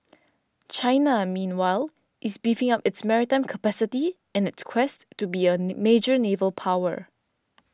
China meanwhile is beefing up its maritime capacity in its quest to be a major naval power